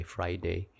Friday